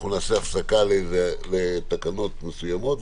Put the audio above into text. אנחנו נעשה הפסקה לתקנות מסוימות,